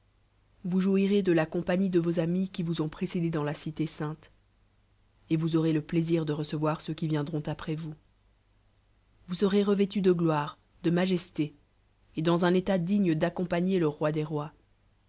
vous jouirez de la compagnie de vos amis qui vous ont précédés dans la cité sainte et vous aurez lc plaisir de recevoir ceux qui viendront après vous vnus serez revêtus de gloire de majesté et dans un état digne dàccompagner le roi des rois